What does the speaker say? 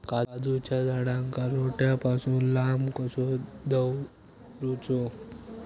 काजूच्या झाडांका रोट्या पासून लांब कसो दवरूचो?